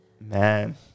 Man